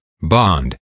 bond